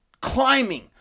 climbing